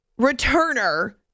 returner